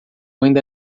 ainda